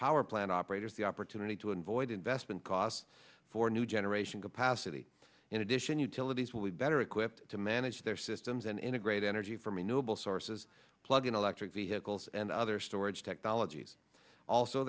power plant operators the opportunity to avoid investment costs for new generation capacity in addition utilities will be better equipped to manage their systems and integrate energy from renewable sources plug in electric vehicles and other storage technologies also